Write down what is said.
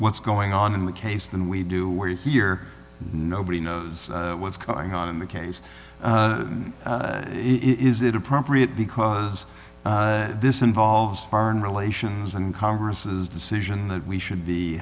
what's going on in the case than we do where you hear nobody knows what's going on in the case and it is it appropriate because this involves foreign relations and congress's decision that we should be